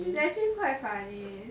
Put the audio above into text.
it's actually quite funny